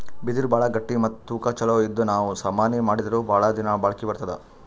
ಬಿದಿರ್ ಭಾಳ್ ಗಟ್ಟಿ ಮತ್ತ್ ತೂಕಾ ಛಲೋ ಇದ್ದು ನಾವ್ ಸಾಮಾನಿ ಮಾಡಿದ್ರು ಭಾಳ್ ದಿನಾ ಬಾಳ್ಕಿ ಬರ್ತದ್